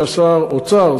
שהיה שר האוצר,